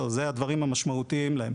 אלה הדברים המשמעותיים להם.